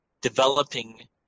developing